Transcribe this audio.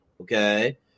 Okay